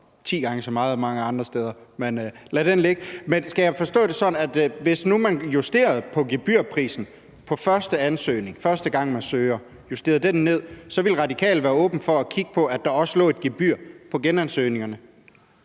ti gange så meget mange andre steder. Men lad den ligge. Skal jeg forstå det sådan, at hvis nu man justerede på gebyret for første ansøgning – første gang man søger – altså justerede den ned, så ville Radikale være åbne over for at kigge på, at der også lå et gebyr på genansøgningerne?